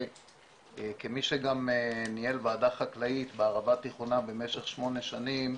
כמי שניהל ועדה חקלאית בערבה התיכונה במשך שמונה שנים,